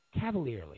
cavalierly